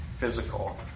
physical